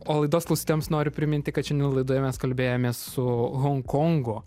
o laidos klausytojams noriu priminti kad šiandien laidoje mes kalbėjomės su honkongo